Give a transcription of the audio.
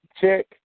check